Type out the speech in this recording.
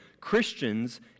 Christians